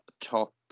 top